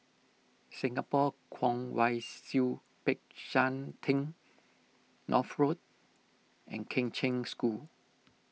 Singapore Kwong Wai Siew Peck San theng North Road and Kheng Cheng School